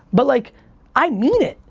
but like i mean it.